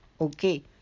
Okay